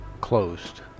closed